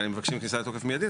הם מבקשים כניסה לתוקף מיידית,